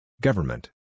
Government